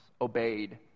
obeyed